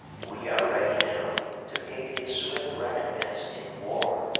we are ready now to pay thee a swift recompense in war,